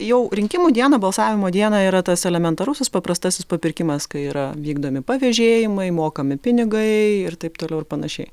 jau rinkimų dieną balsavimo dieną yra tas elementarusis paprastasis papirkimas kai yra vykdomi pavežėjimai mokami pinigai ir taip toliau ir panašiai